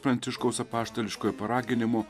pranciškaus apaštališkuoju paraginimu